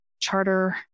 charter